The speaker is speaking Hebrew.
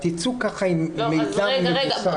תצאו עם מידע מבוסס.